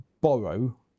borrow